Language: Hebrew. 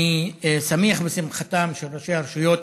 אני שמח בשמחתם של ראשי הרשויות,